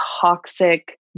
toxic